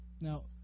Now